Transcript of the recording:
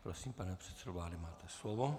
Prosím, pane předsedo vlády, máte slovo.